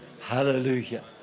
Hallelujah